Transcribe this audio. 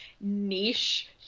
niche